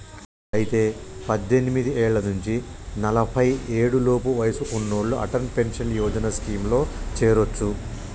అయితే పద్దెనిమిది ఏళ్ల నుంచి నలఫై ఏడు లోపు వయసు ఉన్నోళ్లు అటల్ పెన్షన్ యోజన స్కీమ్ లో చేరొచ్చు